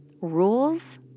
rules